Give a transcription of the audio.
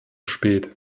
spät